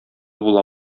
була